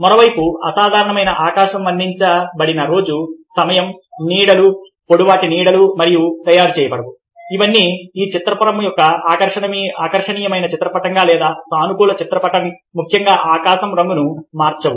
మరోవైపు అసాధారణమైన ఆకాశం వర్ణించబడిన రోజు సమయం నీడలు పొడవాటి నీడలు వీటిని తయారు చేయవు ఇవన్నీ ఈ చిత్రపటమును చాలా ఆకర్షణీయమైన చిత్రపటముగా లేదా సానుకూల చిత్రపటము ముఖ్యంగా ఆకాశం రంగును మార్చవు